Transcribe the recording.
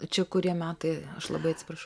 čia kurie metai aš labai atsiprašau